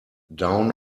down